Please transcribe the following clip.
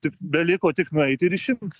tik beliko tik nueiti ir išimt